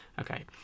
Okay